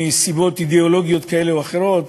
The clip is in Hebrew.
מסיבות אידיאולוגיות כאלה ואחרות,